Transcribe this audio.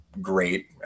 great